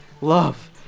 Love